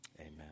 amen